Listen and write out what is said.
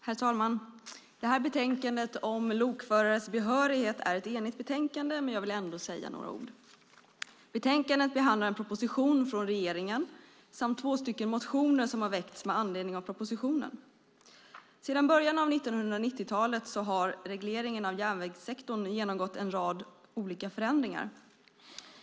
Herr talman! Detta betänkande om lokförares behörighet är ett enigt betänkande, men jag vill ändå säga några ord. Betänkandet behandlar en proposition från regeringen samt två motioner som har väckts med anledning av propositionen. Sedan början av 1990-talet har regleringen av järnvägssektorn genomgått en rad olika förändringar.